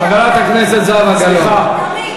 חברת הכנסת זהבה גלאון,